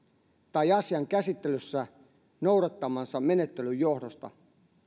tai asian käsittelyssä noudattamansa menettelyn johdosta